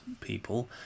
people